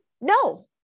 no